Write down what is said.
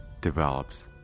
develops